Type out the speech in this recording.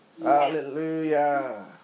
Hallelujah